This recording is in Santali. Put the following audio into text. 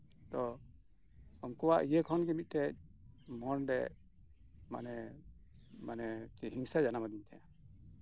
ᱛᱚ ᱩᱱᱠᱩᱣᱟᱜ ᱤᱭᱟᱹ ᱠᱷᱚᱱᱜᱮ ᱢᱤᱫᱴᱮᱱ ᱢᱚᱱᱨᱮ ᱢᱟᱱᱮ ᱢᱟᱱᱮ ᱦᱤᱝᱥᱟ ᱡᱟᱱᱟᱢ ᱟᱫᱤᱧ ᱛᱟᱸᱦᱮᱜ